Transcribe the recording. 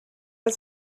was